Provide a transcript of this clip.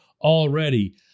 already